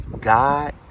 God